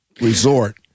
resort